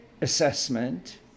assessment